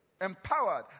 empowered